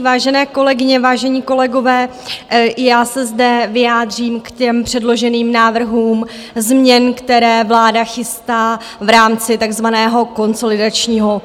Vážené kolegyně, vážení kolegové, já se zde vyjádřím k těm předloženým návrhům změn, které vláda chystá v rámci takzvaného konsolidačního balíčku.